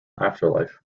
afterlife